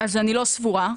אני לא סבורה.